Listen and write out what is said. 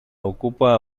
ocupa